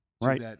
right